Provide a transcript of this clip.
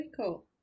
cool